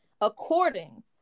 according